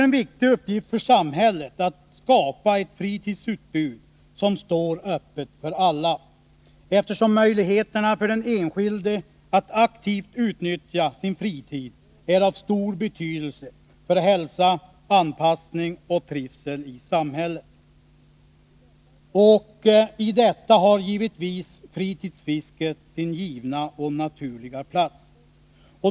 En viktig uppgift för samhället är att skapa ett fritidsutbud som står öppet för alla, eftersom möjligheterna för den enskilde att aktivt utnyttja sin fritid är av stor betydelse för hälsa, anpassning och trivsel i samhället. I detta har givetvis fritidsfisket sin givna och naturliga plats.